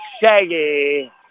Shaggy